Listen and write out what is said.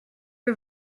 her